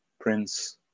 Prince